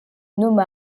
nomme